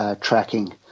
tracking